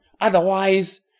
Otherwise